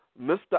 Mr